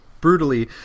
brutally